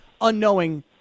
unknowing